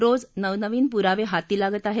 रोज नवनवीन पुरावे हाती लागत आहेत